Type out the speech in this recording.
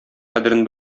кадерен